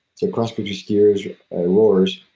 so crosscountry skiers or rowers,